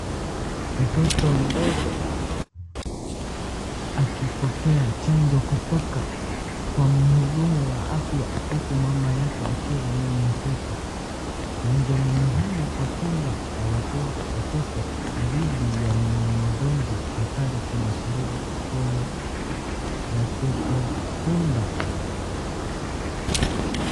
Mtoto mdogo akipokea chanjo kutoka kwa mhudumu wa afya huku mama yake akiwa amembeba. Chanjo ni muhimu kwa kinga ya watoto dhidi ya magonjwa hatari kama surua, polio na pepo punda.